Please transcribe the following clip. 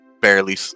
barely